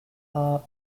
are